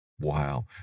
Wow